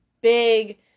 big